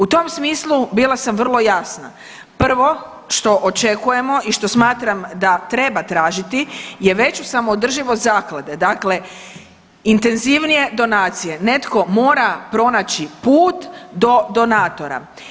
U tom smislu bila sam vrlo jasna, prvo što očekujemo i što smatram da treba tražiti je veću samoodrživost zaklade, dakle intenzivnije donacije, netko mora pronaći put do donatora.